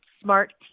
smart